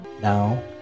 Now